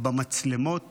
במצלמות